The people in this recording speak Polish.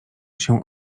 się